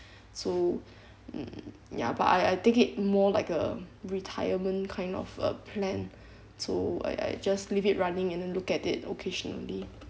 so mm ya but I I take it more like a retirement kind of a plan so I I just leave it running and then look at it occasionally